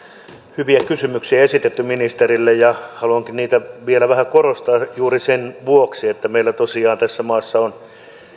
hyviä kysymyksiä esitetty ministerille ja haluankin niitä vielä vähän korostaa juuri sen vuoksi että meillä tosiaan tässä maassa on